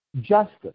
justice